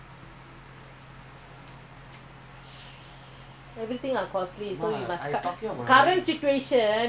that one is not important okay the most important thing is don't spend anyhow